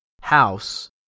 House